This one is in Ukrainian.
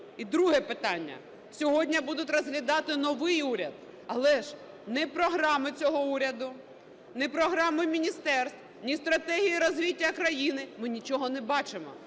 І друге питання. Сьогодні будуть розглядати новий уряд, але ж ні програми цього уряду, ні програми міністерств, ні стратегії розвитку країни - ми нічого не бачимо.